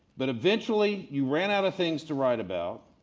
but eventually you ran out of things to write about,